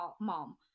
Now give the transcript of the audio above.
mom